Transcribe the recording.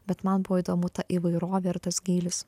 bet man buvo įdomu ta įvairovė ir tas gylis